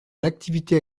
l’activité